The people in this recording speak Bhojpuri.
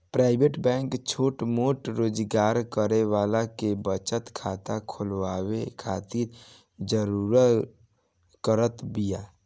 प्राइवेट बैंक छोट मोट रोजगार करे वाला के बचत खाता खोलवावे खातिर जागरुक करत बिया